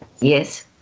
Yes